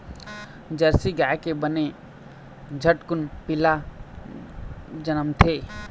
Jersey गाय के बने झटकुन पिला जनमथे